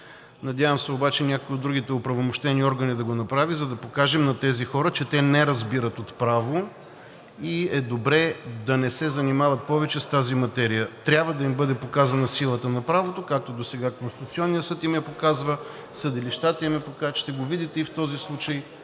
Надявам се обаче някои от другите оправомощени органи да го направи, за да покажем на тези хора, че не разбират от право и е добре да не се занимават повече с тази материя. Трябва да им бъде показана силата на правото, както досега Конституционният съд им я показва, съдилищата им я показват, ще го видите и в този случай.